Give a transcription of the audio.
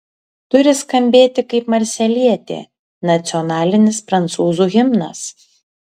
turi skambėti kaip marselietė nacionalinis prancūzų himnas